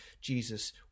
Jesus